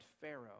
Pharaoh